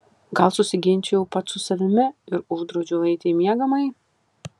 gal susiginčijau pats su savimi ir uždraudžiau eiti į miegamąjį